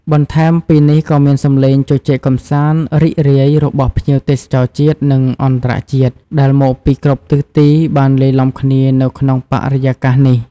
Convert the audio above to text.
បន្ថែមពីនេះក៏មាន សំឡេង ជជែកកម្សាន្តរីករាយ របស់ភ្ញៀវទេសចរជាតិ និងអន្តរជាតិដែលមកពីគ្រប់ទិសទី បានលាយឡំគ្នានៅក្នុងបរិយាកាសនេះ។